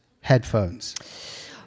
headphones